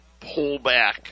pullback